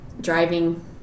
Driving